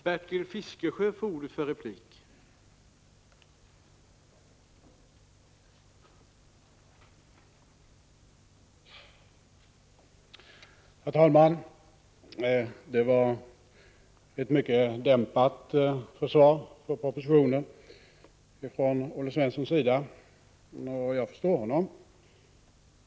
Herr talman! Olle Svenssons försvar för propositionen var mycket dämpat. Jag förstår honom.